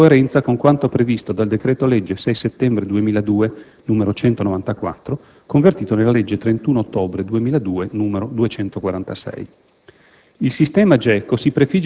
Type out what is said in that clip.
ed agli Uffici centrali di Bilancio, in coerenza con quanto previsto dal decreto-legge 6 settembre 2002, n. 194, convertito nella legge 31 ottobre 2002, n. 246.